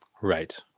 Right